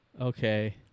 Okay